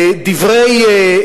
דברי,